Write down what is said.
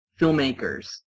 filmmakers